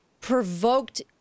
provoked